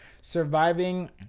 Surviving